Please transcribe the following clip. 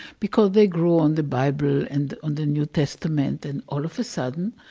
because they grew on the bible, and on the new testament, and all of a sudden,